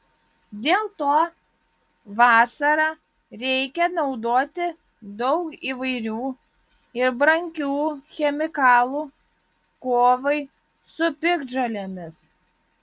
dėl to vasarą reikia naudoti daug įvairių ir brangių chemikalų kovai su piktžolėmis